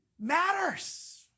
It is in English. matters